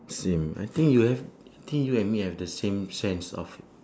same I think you have I think you and me have the same sense of